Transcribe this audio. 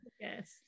Yes